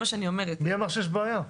מי אמר שיש בעיה?